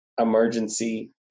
emergency